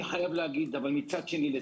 מצד שני,